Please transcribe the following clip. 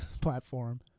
platform